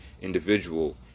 individual